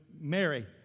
Mary